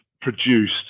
produced